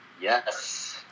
Yes